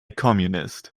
communist